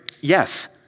Yes